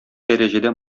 дәрәҗәдә